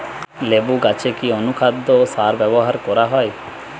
লেবু গাছে কি অনুখাদ্য ও সার ব্যবহার করা হয়?